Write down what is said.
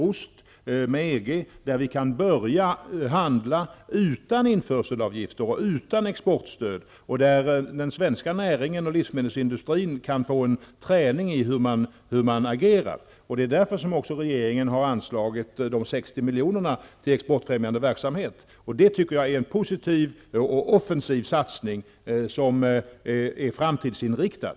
Detta avtal gör att vi kan börja handla utan införselavgifter och utan exportstöd och att den svenska näringen och livsmedelsindustrin kan få en träning i hur man agerar. Det är också av den anledningen som regeringen har anslagit de 60 miljonerna till exportfrämjande verksamhet. Jag menar att detta är en positiv och offensiv satsning, som är framtidsinriktad.